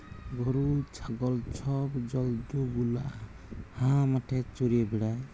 গরু, ছাগল ছব জল্তু গুলা হাঁ মাঠে চ্যরে বেড়ায়